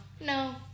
no